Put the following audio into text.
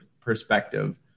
perspective